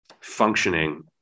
functioning